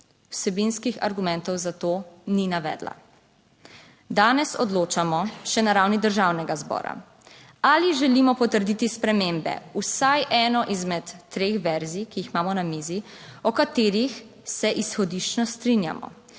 Vsebinskih argumentov za to ni navedla. Danes odločamo še na ravni Državnega zbora ali želimo potrditi spremembe vsaj eno izmed treh verzij, ki jih imamo na mizi, o katerih se izhodiščno strinjamo.